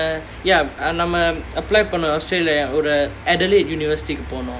uh ya நம்ம:namma apply பண்ணனும்:pannanum australia ஒரு:oru adelaide university போனும்:ponum